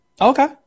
Okay